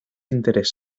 interés